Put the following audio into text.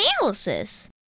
analysis